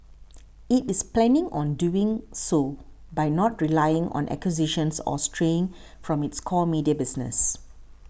it is planning on doing so by not relying on acquisitions or straying from its core media business